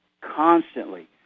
constantly